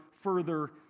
further